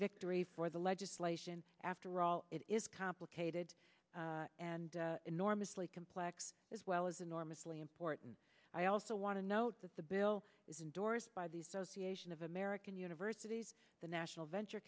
victory for the legislation after all it is complicated and enormously complex as well as enormously important i also want to note that the bill is endorsed by the association of american universities the national venture